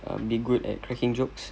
uh be good at cracking jokes